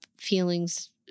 feelings